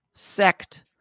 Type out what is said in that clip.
sect